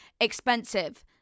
expensive